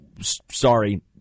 sorry